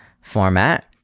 format